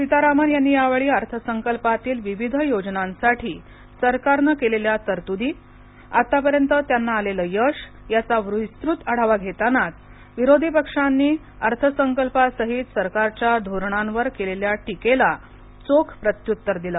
सीतारामन यांनी यावेळी अर्थसंकल्पातील विविध योजनासाठी सरकारनं केलेल्या तरतुदी आतापर्यंत त्यांना आलेलं यश याचा विस्तृत आढावा घेतानाच विरोधी पक्षांनी अर्थ संकल्पसाहित सरकारच्या धोरणांवर केलेल्या टीकेला चोख प्रत्युत्तर दिलं